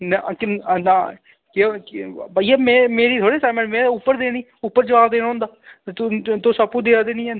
में की ना केह् की बइया में मेरी थोह्ड़ी असाइनमैंट में उप्पर देनी उप्पर जोआब देना होंदा ते तु तुस आपूं देआ'रदे निं हैन